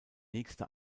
nächste